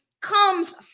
comes